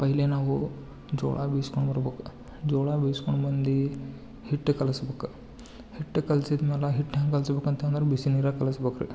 ಪೈಲೆ ನಾವು ಜೋಳ ಬೀಸ್ಕೊಂಡು ಬರ್ಬೇಕು ಜೋಳ ಬೀಸ್ಕೊಂಡು ಬಂದು ಹಿಟ್ಟು ಕಲಸ್ಬೇಕು ಹಿಟ್ಟು ಕಲ್ಸಿದಮೇಲೆ ಹಿಟ್ಟು ಹೇಗ್ ಕಲಸ್ಬೇಕು ಅಂತ ಅಂದ್ರೆ ಬಿಸಿ ನೀರಾಗೆ ಕಲಸ್ಬೇಕ್ರಿ